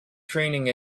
training